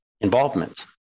involvement